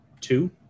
two